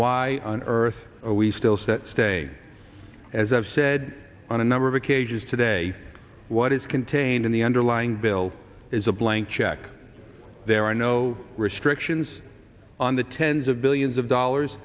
why on earth are we still set stay as i've said on a number of occasions today what is contained in the underlying bill is a blank check there are no restrictions on the tens of billions of dollars